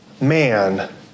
man